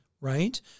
right